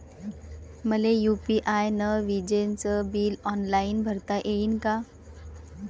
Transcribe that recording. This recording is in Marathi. मले यू.पी.आय न विजेचे बिल ऑनलाईन भरता येईन का?